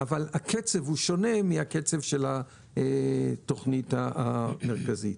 אבל הקצב הוא שונה מהקצב של התוכנית המרכזית.